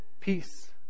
peace